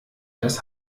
das